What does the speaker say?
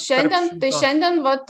šiandien tai šiandien vat